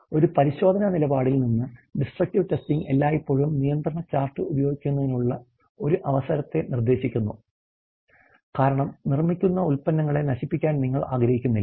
ഒരു പരിശോധന നിലപാടിൽ നിന്ന് DESTRUCTIVE TESTING എല്ലായ്പ്പോഴും നിയന്ത്രണ ചാർട്ട് ഉപയോഗിക്കുന്നതിനുള്ള ഒരു അവസരത്തെ നിർദ്ദേശിക്കുന്നു കാരണം നിർമ്മിക്കുന്ന ഉൽപ്പന്നങ്ങളെ നശിപ്പിക്കാൻ നിങ്ങൾ ആഗ്രഹിക്കുന്നില്ല